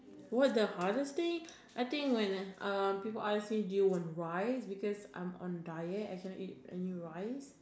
what the hardest thing I think when uh people ask me do you want rice cause I'm on diet I cannot eat any rice